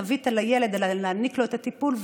התווית על הילד אלא להעניק לו את הטיפול.